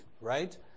right